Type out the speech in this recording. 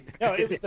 No